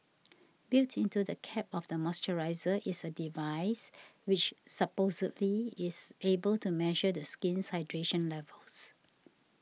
built into the cap of the moisturiser is a device which supposedly is able to measure the skin's hydration levels